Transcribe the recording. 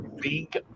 big